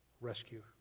rescue